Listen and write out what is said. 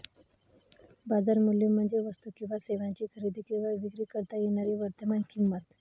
बाजार मूल्य म्हणजे वस्तू किंवा सेवांची खरेदी किंवा विक्री करता येणारी वर्तमान किंमत